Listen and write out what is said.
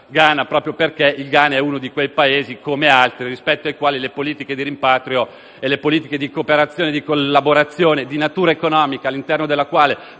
Ghana, proprio perché il Ghana è uno di quei Paesi, come altri, rispetto ai quali le politiche di rimpatrio e le politiche di cooperazione e di collaborazione di natura economica, all'interno della quale